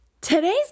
Today's